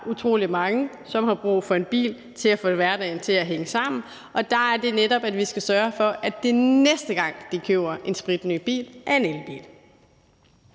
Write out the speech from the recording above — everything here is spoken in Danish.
der bare utrolig mange, som har brug for en bil til at få hverdagen til at hænge sammen. Og der er det netop, at vi skal sørge for, at det, næste gang de køber en spritny bil, er en elbil.